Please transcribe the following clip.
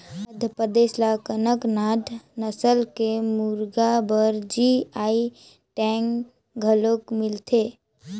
मध्यपरदेस ल कड़कनाथ नसल के मुरगा बर जी.आई टैग घलोक मिलिसे